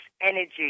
energy